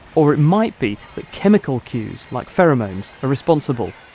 or it might be that chemical cues, like pheromones, are responsible.